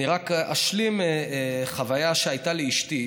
אני רק אשלים, חוויה שהייתה לאשתי.